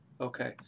okay